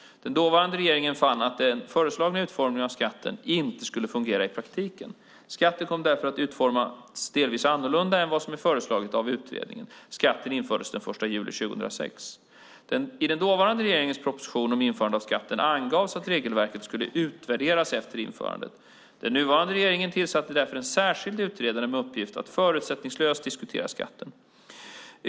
Den dåvarande regeringen fann att den föreslagna utformningen av skatten inte skulle fungera i praktiken. Skatten kom därför att utformas delvis annorlunda än vad som föreslagits av utredningen. Skatten infördes den 1 juli 2006. I den dåvarande regeringens proposition om införandet av skatten angavs att regelverket skulle utvärderas efter införandet. Den nuvarande regeringen tillsatte därför en särskild utredare med uppgift att förutsättningslöst diskutera skatten.